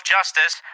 Justice